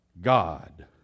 God